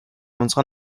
unserer